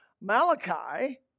Malachi